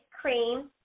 cream